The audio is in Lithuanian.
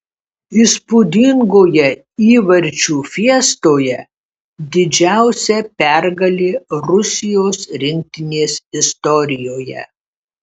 įspūdingoje įvarčių fiestoje didžiausia pergalė rusijos rinktinės istorijoje